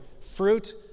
Fruit